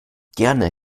gerne